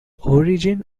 origin